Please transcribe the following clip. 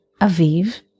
Aviv